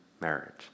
marriage